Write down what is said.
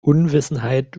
unwissenheit